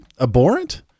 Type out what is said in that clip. abhorrent